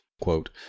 quote